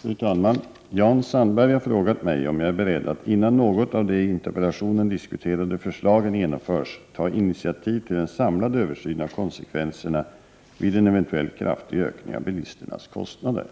Fru talman! Jan Sandberg har frågat mig om jag är beredd, att innan något av de i interpellationen diskuterade förslagen genomförs, ta initiativ till en samlad översyn av konsekvenserna vid en eventuell kraftig ökning av bilisternas kostnader.